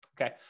Okay